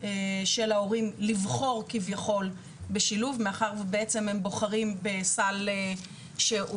של ההורים לבחור כביכול בשילוב מאחר ובעצם הם בוחרים בסל שהוא